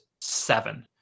seven